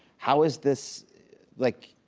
how is this like,